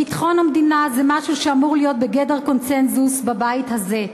ביטחון המדינה זה משהו שאמור להיות בגדר קונסנזוס בבית הזה.